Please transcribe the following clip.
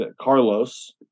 Carlos